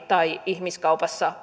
tai ihmiskaupassa